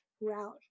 route